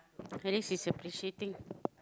at least he's appreciating